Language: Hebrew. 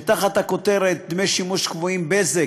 תחת הכותרת דמי שימוש קבועים "בזק"